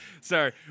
Sorry